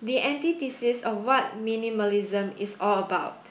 the antithesis of what minimalism is all about